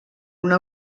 una